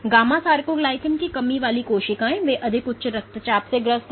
gamma sarcoglycan की कमी वाली कोशिकाएं वे अधिक उच्च रक्तचाप से ग्रस्त हैं